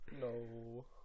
No